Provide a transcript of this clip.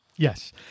Yes